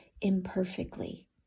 imperfectly